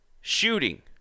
shooting